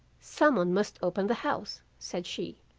some one must open the house said she,